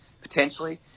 potentially